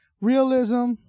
Realism